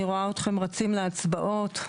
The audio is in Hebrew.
אבל,